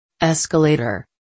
Escalator